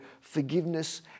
forgiveness